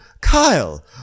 Kyle